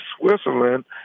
Switzerland